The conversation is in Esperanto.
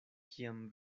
kiam